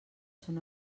són